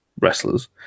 wrestlers